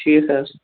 ٹھیٖک حظ